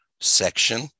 section